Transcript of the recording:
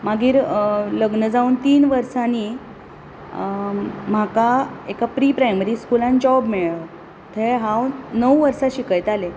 मागीर लग्न जावन तीन वर्सांनी म्हाका एका प्रि प्रायमरी स्कुलान जॉब मेळ्ळो थंय हांव णव वर्सां शिकयतालें